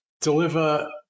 deliver